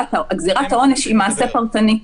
גזירת העונש היא מעשה פרטני,